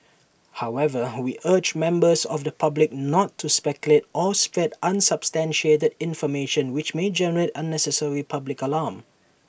however we urge members of the public not to speculate or spread unsubstantiated information which may generate unnecessary public alarm